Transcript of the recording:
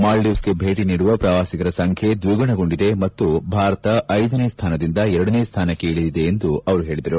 ಮಾಲ್ವೀವ್ಗೆಗೆ ಭೇಟಿ ನೀಡುವ ಪ್ರವಾಸಿಗರ ಸಂಚ್ಯೆ ದ್ವಿಗುಣಗೊಂಡಿದೆ ಮತ್ತು ಭಾರತ ಐದನೇ ಸ್ವಾನದಿಂದ ಎರಡನೇ ಸ್ವಾನಕ್ಕೆ ಇಳಿದಿದೆ ಎಂದು ಹೇಳಿದರು